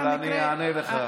אבל אני אענה לך.